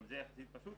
גם זה יחסית פשוט.